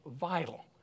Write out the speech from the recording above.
vital